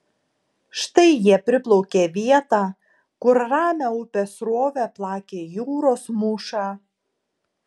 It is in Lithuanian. štai jie priplaukė vietą kur ramią upės srovę plakė jūros mūša